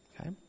okay